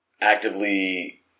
actively